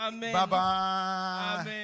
Bye-bye